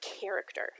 character